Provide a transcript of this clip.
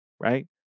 right